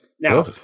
Now